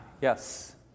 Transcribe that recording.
Yes